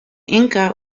inca